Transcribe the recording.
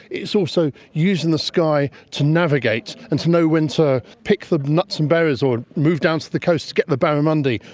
it's also using the sky to navigate and to know when to pick the nuts and berries or move down to the coast to get the barramundi.